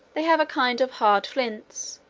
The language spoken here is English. they have a kind of hard flints,